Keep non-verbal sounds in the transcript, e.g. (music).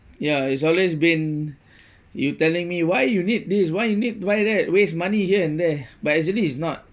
ya it's always been (breath) you telling me why you need this why you need why that waste money here and there but actually is not